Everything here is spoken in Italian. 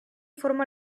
forma